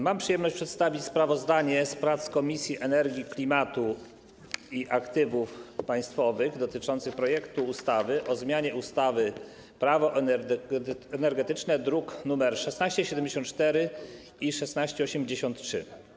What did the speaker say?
Mam przyjemność przedstawić sprawozdanie z prac Komisji do Spraw Energii, Klimatu i Aktywów Państwowych dotyczących projektu ustawy o zmianie ustawy - Prawo energetyczne, druki nr 1674 i 1683.